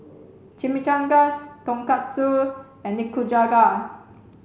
Chimichangas Tonkatsu and Nikujaga